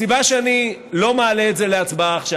הסיבה שאני לא מעלה את זה להצבעה עכשיו